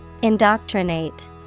Indoctrinate